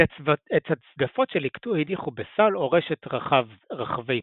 את הצדפות שליקטו הניחו בסל או רשת רחבי-פה